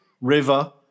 River